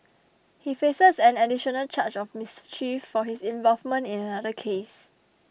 he faces an additional charge of mischief for his involvement in another case